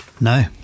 No